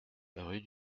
rue